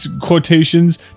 quotations